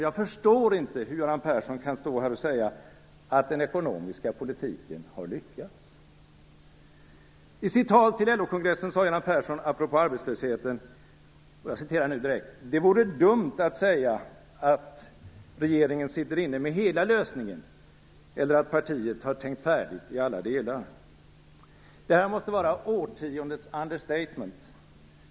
Jag förstår inte hur Göran Persson kan stå här och säga att den ekonomiska politiken har lyckats. Vid LO-kongressen sade Göran Persson apropå arbetslösheten: Det vore dumt att säga att regeringen sitter inne med hela lösningen eller att partiet har tänkt färdigt i alla delar. Det här måste vara årtiondets understatement.